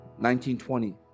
1920